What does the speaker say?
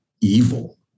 evil